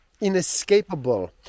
Inescapable